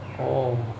orh